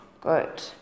good